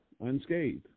unscathed